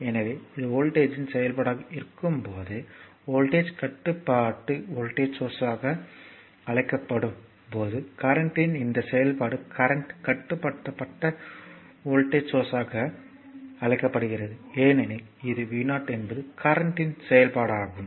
எனவே இது வோல்ட்டேஜ்யின் செயல்பாடாக இருக்கும்போது வோல்ட்டேஜ் கட்டுப்பாட்டு வோல்ட்டேஜ் சோர்ஸ்யாக அழைக்கப்படும் போது கரண்ட் ன் இந்த செயல்பாடு கரண்ட் கட்டுப்படுத்தப்பட்ட வோல்ட்டேஜ் சோர்ஸ்யாக அழைக்கப்படுகிறது ஏனெனில் இது V 0 என்பது கரண்ட் ன் செயல்பாடாகும்